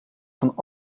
van